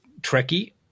Trekkie